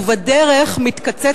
ובדרך מתקצץ,